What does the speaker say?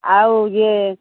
ଆଉ ଇଏ